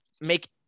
make